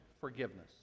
forgiveness